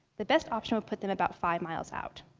the best option would put them about five miles out.